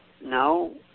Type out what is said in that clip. No